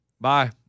Bye